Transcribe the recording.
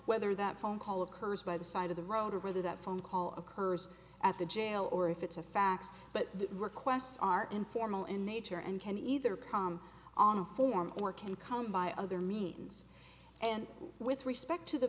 whether that phone call occurs by the side of the road or whether that phone call occurs at the jail or if it's a fax but the requests are informal in nature and can either come on a form or can come by other means and with respect to the